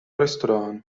restorānu